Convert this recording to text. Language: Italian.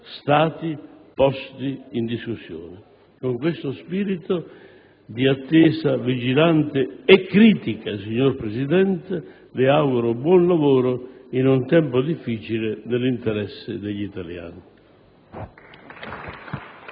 stati posti in discussione. Con questo spirito di attesa vigilante e critica, signor Presidente, le auguro buon lavoro, in un tempo difficile, nell'interesse degli italiani.